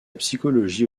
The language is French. psychologie